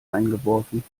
eingeworfen